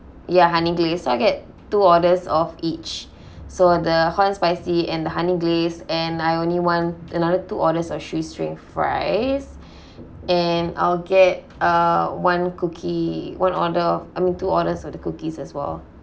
ya honey glazed so I get two orders of each so the hot and spicy and the honey glazed and I only want another two order of shoestring fries and I'll get uh one cookie one order I mean two orders of the cookies as well